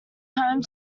home